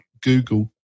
Google